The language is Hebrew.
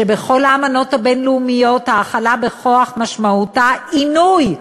כשבכל האמנות הבין-לאומיות האכלה בכוח משמעותה עינוי?